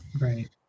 Right